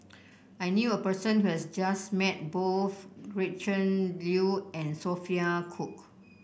I knew a person who has just met both Gretchen Liu and Sophia Cooke